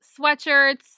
sweatshirts